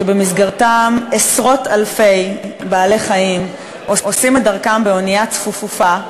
שבמסגרתם עשרות-אלפי בעלי-חיים עושים את דרכם באונייה צפופה,